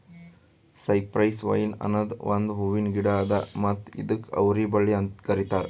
cypress vine ಅನದ್ ಒಂದು ಹೂವಿನ ಗಿಡ ಅದಾ ಮತ್ತ ಇದುಕ್ ಅವರಿ ಬಳ್ಳಿ ಅಂತ್ ಕರಿತಾರ್